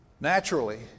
naturally